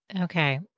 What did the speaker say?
Okay